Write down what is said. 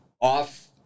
off